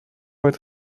werd